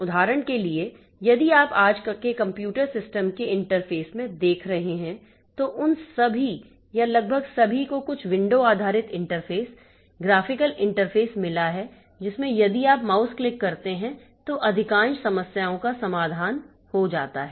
उदाहरण के लिए यदि आप आज के कंप्यूटर सिस्टम के इंटरफ़ेस में देख रहे हैं तो उन सभी या लगभग सभी को कुछ विंडो आधारित इंटरफ़ेस ग्राफ़िकल इंटरफ़ेस मिला है जिसमें यदि आप माउस क्लिक करते हैं तो अधिकांश समस्याओं का समाधान हो जाता है